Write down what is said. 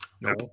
No